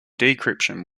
decryption